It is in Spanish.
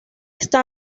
está